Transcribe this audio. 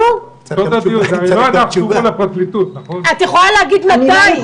את יכולה להגיד מתי?